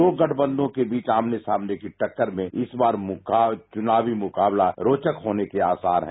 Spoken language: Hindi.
दो गठबंधनों के बीच आमने सामने की टक्कर से इस बार चुनावी मुकाबला रोचक होने को आसार हैं